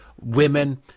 women